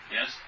Yes